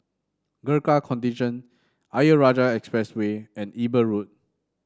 Gurkha Contingent Ayer Rajah Expressway and Eber Road